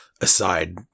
aside